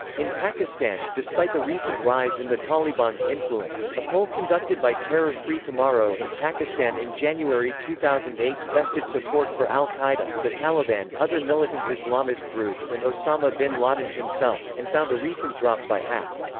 in pakistan, despite the recent rise in the taliban's influence, a poll conducted by terror free tomorrow in pakistan in january two thousand and eight tested support for al-qaeda, the taliban, other militant islamist groups and osama bin laden himself, and found a recent drop by half.